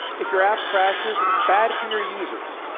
if your app crashes, it's bad for your users,